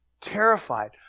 Terrified